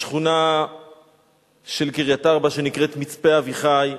בשכונה של קריית-ארבע שנקראת מצפה-אביחי.